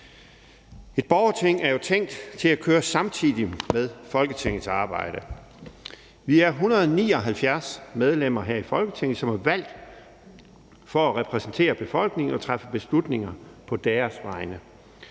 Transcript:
Et borgerting er jo tænkt til at skulle køre samtidig med Folketingets arbejde. Vi er 179 medlemmer her i Folketinget, som er valgt for at repræsentere befolkningen og træffe beslutninger på deres vegne.